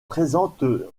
présente